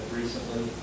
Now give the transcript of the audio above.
recently